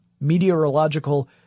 meteorological